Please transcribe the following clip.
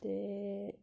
ते